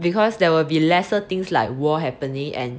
because there will be lesser things like war happening and